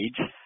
age